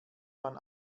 man